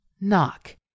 Knock